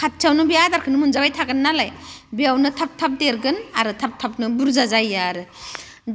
खाथियावनो बे आदारखौनो मोनजाबाय थागोन नालाय बेयावनो थाब थाब देरगोन आरो थाब थाबनो बुरजा जायो आरो